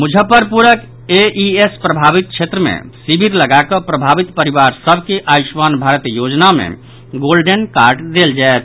मुजफ्फरपुरक एईएस प्रभावित क्षेत्र मे शिविर लगाकऽ प्रभावित परिवार सभ के आयुष्मान भारत योजना मे गोल्डन कार्ड देल जायत